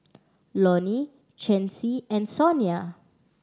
Lonny Chancey and Sonia